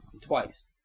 Twice